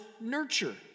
nurture